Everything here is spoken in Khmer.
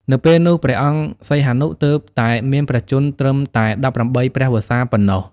នៅពេលនោះ ព្រះអង្គសីហនុទើបតែមានព្រះជន្មត្រឹមតែ ១៨ ព្រះវស្សា ប៉ុណ្ណោះ។